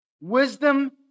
Wisdom